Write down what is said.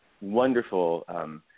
wonderful –